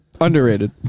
Underrated